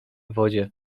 wodzie